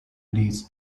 leads